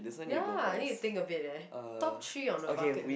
ya need to think a bit leh top three on a bucket list